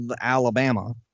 alabama